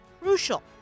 crucial